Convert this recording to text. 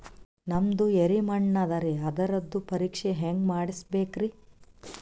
ನಮ್ದು ಎರಿ ಮಣ್ಣದರಿ, ಅದರದು ಪರೀಕ್ಷಾ ಹ್ಯಾಂಗ್ ಮಾಡಿಸ್ಬೇಕ್ರಿ?